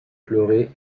pleurer